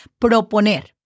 proponer